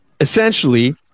essentially